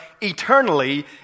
eternally